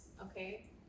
okay